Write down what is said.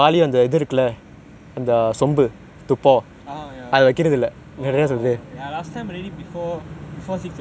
ah ya orh ya last time already before before six O clock they don't put